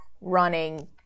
running